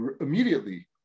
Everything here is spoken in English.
immediately